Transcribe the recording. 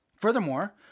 Furthermore